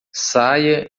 saia